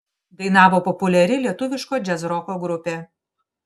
dainavo populiari lietuviško džiazroko grupė